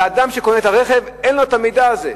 ואדם שקונה את הרכב, אין לו המידע הזה.